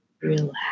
relax